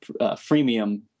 freemium